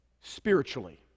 spiritually